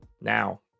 now